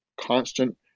constant